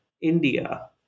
India